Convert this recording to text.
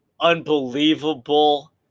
unbelievable